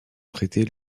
traitées